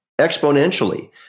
exponentially